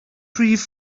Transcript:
rhif